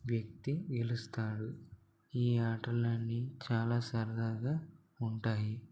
వ్యక్తి గెలుస్తాడు ఈ ఆటలన్నీ చాలా సరదాగా ఉంటాయి